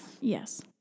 yes